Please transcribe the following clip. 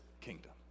kingdom